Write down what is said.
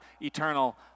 eternal